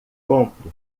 compre